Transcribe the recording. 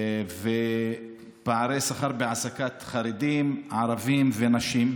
פערי שכר בהעסקת חרדים, ערבים ונשים,